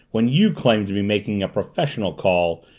when you claimed to be making a professional call,